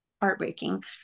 heartbreaking